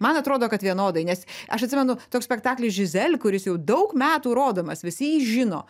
man atrodo kad vienodai nes aš atsimenu toks spektaklis žizel kuris jau daug metų rodomas visi jį žino